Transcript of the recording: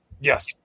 Yes